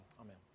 Amen